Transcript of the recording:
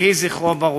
יהי זכרו ברוך.